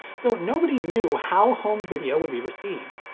so, nobody knew how home video would be received.